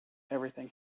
everything